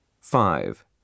Five